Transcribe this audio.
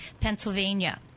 Pennsylvania